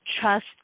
trust